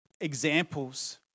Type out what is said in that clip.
examples